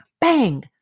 Bang